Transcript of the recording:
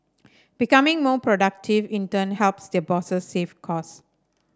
becoming more productive in turn helps their bosses save cost